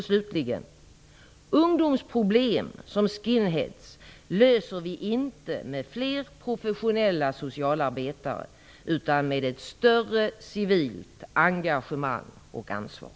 Slutligen skriver hon: Ungdomsproblem som skinheads löser vi inte med fler professionella socialarbetare utan med ett större civilt engagemang och ansvar.